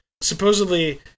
supposedly